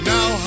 Now